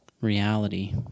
reality